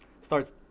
Starts